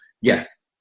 yes